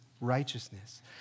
righteousness